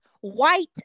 white